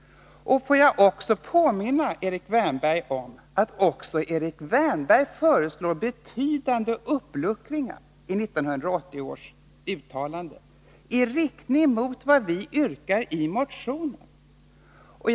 Får jag också påminna Erik Wärnberg om att även Erik Wärnberg föreslår betydande uppluckringar i 1980 års uttalande, i riktning mot vad vi yrkar i motionen.